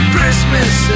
Christmas